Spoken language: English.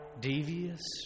devious